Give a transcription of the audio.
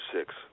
six